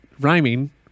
rhyming